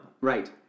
Right